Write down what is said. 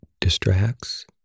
distracts